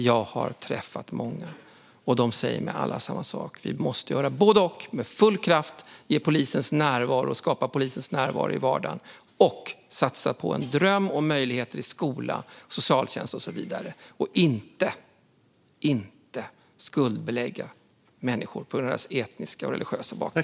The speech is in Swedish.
Jag har träffat många i dessa områden, och alla säger mig samma sak: Vi måste göra både och - med full kraft skapa polisnärvaro i vardagen och satsa på en dröm och en möjlighet i skola, socialtjänst och så vidare. Vi ska inte skuldbelägga människor för deras etniska eller religiösa bakgrund.